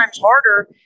harder